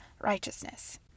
righteousness